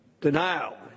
Denial